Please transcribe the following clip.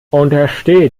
unterstehe